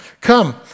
Come